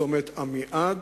צומת עמיעד,